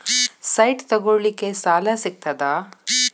Site ತಗೋಳಿಕ್ಕೆ ಸಾಲಾ ಸಿಗ್ತದಾ?